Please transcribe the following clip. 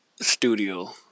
studio